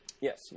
Yes